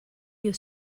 your